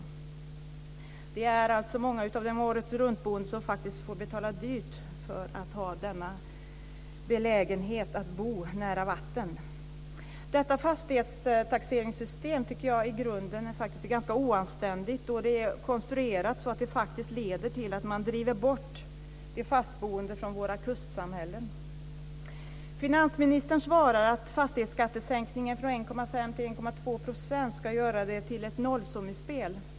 Det är alltså många av de året-runt-boende som faktiskt får betala dyrt för att vara i belägenheten att bo nära vatten. Detta fastighetstaxeringssystem tycker jag i grunden är ganska oanständigt. Det är konstruerat så att det faktiskt leder till att man driver bort de fastboende från våra kustsamhällen. Finansministern svarar att fastighetsskattesänkningen från 1,5 % till 1,2 % ska göra det till ett nollsummespel.